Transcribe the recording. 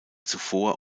zuvor